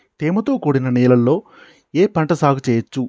తేమతో కూడిన నేలలో ఏ పంట సాగు చేయచ్చు?